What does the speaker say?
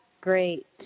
great